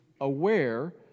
aware